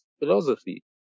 Philosophy